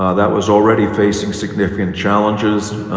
ah that was already facing significant challenges.